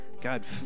God